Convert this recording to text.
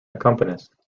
accompanist